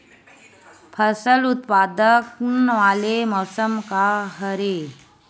फसल उत्पादन वाले मौसम का हरे?